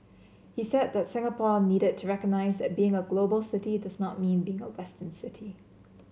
he said that Singapore needed to recognise that being a global city does not mean being a Western city